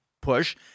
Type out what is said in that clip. push